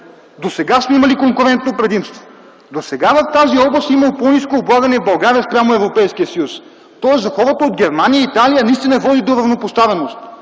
досега сме имали конкурентно предимство. Досега в тази област има по-ниско облагане в България спрямо Европейския съюз, тоест за хората от Германия и Италия той наистина води до равнопоставеност,